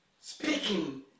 Speaking